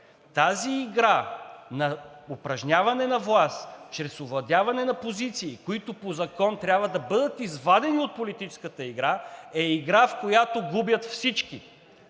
Тази игра на упражняване на власт чрез овладяване на позиции, които по закон трябва да бъдат извадени от политическата игра, е игра, в която губят всички.